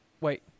Wait